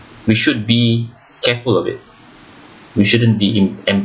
we should be careful of it we shouldn't be in em~